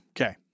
Okay